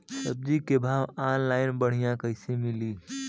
सब्जी के भाव ऑनलाइन बढ़ियां कइसे मिली?